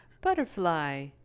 butterfly